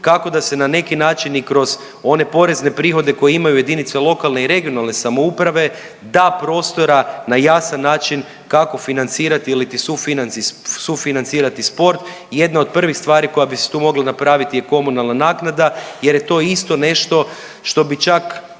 kako da se na neki način i kroz one porezne prihode koje imaju jedinice lokalne i regionalne samouprave da prostora na jasan način kako financirati ili ti sufinancirati sport. I jedna od prvih stvari koja bi se tu mogla napraviti je komunalna naknada jer je to isto nešto što bi čak